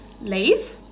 leave